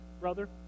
brother